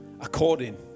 according